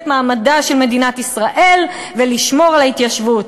מעמדה של מדינת ישראל ולשמור על ההתיישבות,